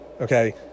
okay